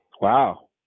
wow